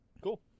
Cool